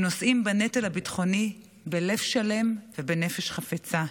הם נושאים בנטל הביטחוני בלב שלם ובנפש חפצה.